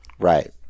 Right